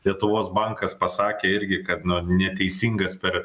lietuvos bankas pasakė irgi kad na neteisingas per